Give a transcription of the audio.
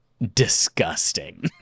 disgusting